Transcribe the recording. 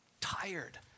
tired